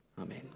Amen